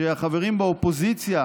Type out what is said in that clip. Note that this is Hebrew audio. שהחברים באופוזיציה,